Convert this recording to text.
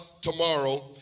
tomorrow